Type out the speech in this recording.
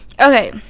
Okay